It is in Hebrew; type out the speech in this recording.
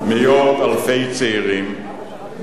נשיא המדינה שמעון פרס: מאות אלפי צעירים בחרו